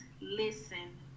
Listen